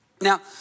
Now